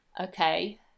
Okay